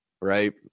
right